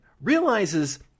realizes